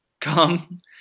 come